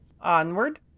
onward